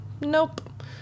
Nope